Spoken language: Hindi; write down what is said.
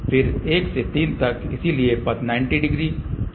फिर 1 से 3 तक इसलिए पथ 90 और 90 180 डिग्री है